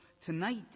tonight